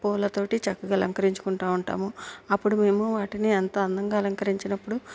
పూల తోటి చక్కగా అలంకరించుకుంటూ ఉంటాము అప్పుడు మేము వాటిని ఎంతో అందంగా అలంకరించినప్పుడు